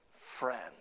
friend